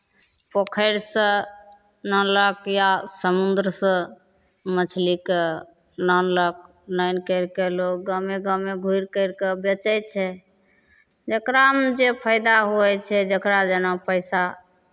पोखरिसँ नानलक या समुद्रसँ मछलीकेँ नानलक नानि करि कऽ लोक गामे गामे घुरि करि कऽ बेचै छै जकरामे जे फाइदा होइ छै जकरा जेना पैसा